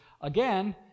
Again